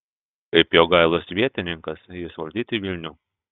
kaip jogailos vietininkas jis valdyti vilnių